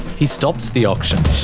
he stops the auction.